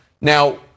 Now